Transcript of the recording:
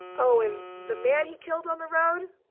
oh, and the man he killed on the road,